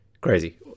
crazy